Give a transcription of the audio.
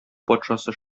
патшасы